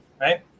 right